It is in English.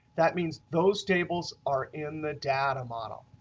that means those tables are in the data model.